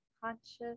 conscious